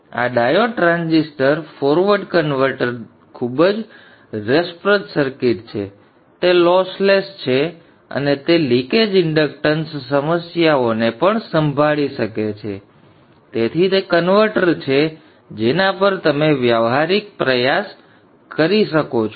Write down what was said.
તેથી આ diode transistor forward converter ખૂબ જ રસપ્રદ સર્કિટ છે તે લોસલેસ છે અને તે લિકેજ ઇંડક્ટન્સ સમસ્યાઓને પણ સંભાળી શકે છે તેથી તે કન્વર્ટર છે જેના પર તમે વ્યવહારિક પ્રયાસ કરી શકો છો